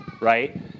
right